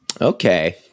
Okay